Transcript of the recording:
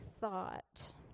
thought